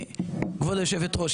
כבוד יושבת הראש,